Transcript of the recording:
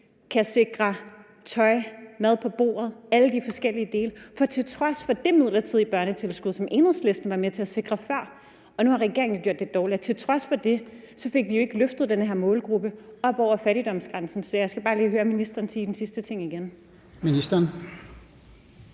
kan sikre tøj, mad på bordet og alle de forskellige ting? For til trods for det midlertidige børnetilskud, som Enhedslisten var med til at sikre før, og som regeringen nu har gjort dårligere, fik vi jo ikke løftet den her målgruppe op over fattigdomsgrænsen. Så jeg skal bare lige høre ministeren sige det sidste igen. Kl.